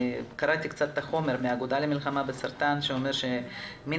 קראתי את החומר של האגודה למלחמה בסרטן שאומר שמנתוני